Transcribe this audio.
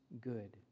good